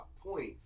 points